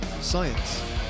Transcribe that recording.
science